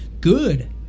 Good